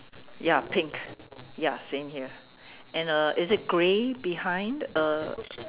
ya pink ya same here and uh is it grey behind uh